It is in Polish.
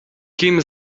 kim